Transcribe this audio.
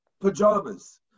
pajamas